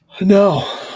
No